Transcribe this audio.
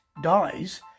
dies